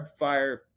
Hardfire